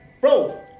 Bro